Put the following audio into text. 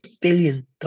billion